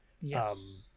Yes